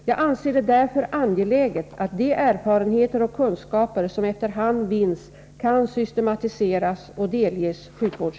Jag anser det därför angeläget att de erfarenheter = 5 april 1984 och kunskaper som efter hand vinns kan systematiseras och delges sjukvårds